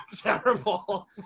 Terrible